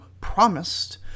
promised